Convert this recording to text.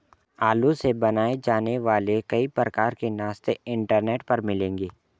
आलू से बनाए जाने वाले कई प्रकार के नाश्ते इंटरनेट पर मिलेंगे